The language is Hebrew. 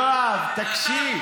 יואב, תקשיב.